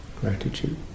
gratitude